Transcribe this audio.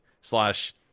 slash